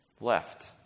Left